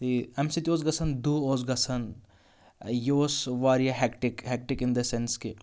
تہِ اَمہِ سۭتۍ اوس گژھان دُہ اوس گژھان یہِ اوس واریاہ hectic hectic in the sense کہِ